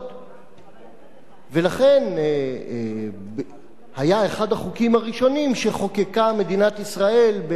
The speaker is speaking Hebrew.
ולכן הוא היה אחד החוקים שחוקקה מדינת ישראל בשנת תש"י,